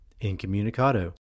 Incommunicado